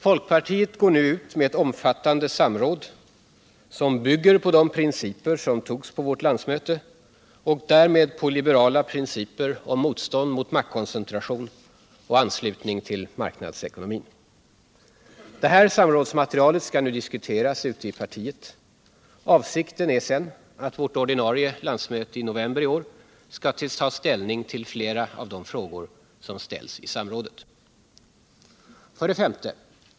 Folkpartiet går nu ut med ett omfattande samråd som bygger på de liberala principer, som antogs på vårt landsmöte, om motstånd mot maktkoncentration och skydd för marknadsekonomin. Detta samrådsmaterial skall nu diskuteras av partiet. Avsikten är sedan att vårt ordinarie landsmöte i november i år skall ta ställning till flera av de frågor som ställs i samrådet. 5.